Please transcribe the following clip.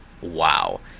Wow